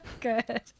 Good